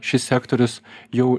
šis sektorius jau